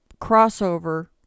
crossover